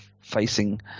facing